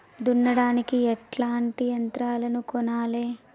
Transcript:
దున్నడానికి ఎట్లాంటి యంత్రాలను కొనాలే?